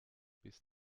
bis